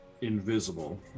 Invisible